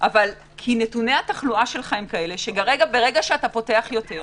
נתוני התחלואה הם כאלה שברגע שאתה פותח יותר-